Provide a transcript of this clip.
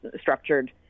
structured